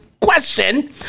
question